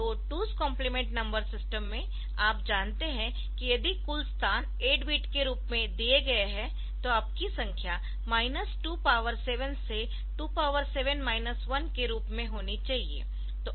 तो 2s complement number system में आप जानते है कि यदि कुल स्थान 8 बिट के रूप में दिए गए है तो आपकी संख्या 27 से 27 1 के रूप में होनी चाहिए